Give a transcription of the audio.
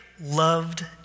Loved